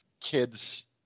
kids